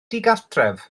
digartref